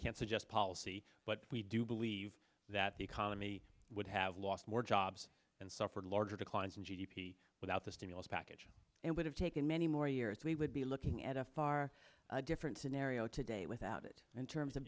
can't suggest policy but we do believe that the economy would have lost more jobs and suffered larger declines in g d p with the stimulus package and would have taken many more years we would be looking at a far different scenario today without it in terms of